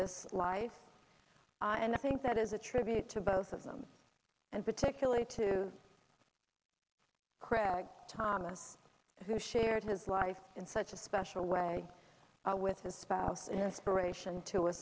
this life and i think that is a tribute to both of them and particularly to creg thomas who shared his life in such a special way with his spouse inspiration to